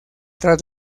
tras